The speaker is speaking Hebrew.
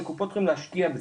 לקופות החולים להשקיע בזה,